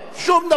שום דבר.